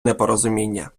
непорозуміння